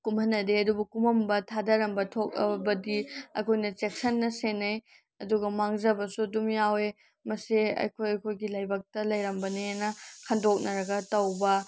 ꯀꯨꯝꯍꯟꯅꯗꯦ ꯑꯗꯨꯕꯨ ꯀꯨꯝꯃꯝꯕ ꯊꯥꯊꯔꯝꯕ ꯊꯣꯛꯑꯕꯗꯤ ꯑꯩꯈꯣꯏꯅ ꯆꯦꯛꯁꯤꯟꯅ ꯁꯦꯟꯅꯩ ꯑꯗꯨꯒ ꯃꯥꯡꯖꯕꯁꯨ ꯑꯗꯨꯝ ꯌꯥꯎꯋꯦ ꯃꯁꯦ ꯑꯩꯈꯣꯏ ꯑꯩꯈꯣꯏꯒꯤ ꯂꯥꯏꯕꯛꯇ ꯂꯩꯔꯝꯕꯅꯦꯅ ꯈꯟꯗꯣꯛꯅꯔꯒ ꯇꯧꯕ